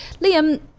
Liam